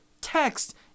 text